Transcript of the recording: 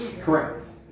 Correct